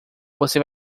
você